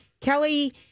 Kelly